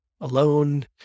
alone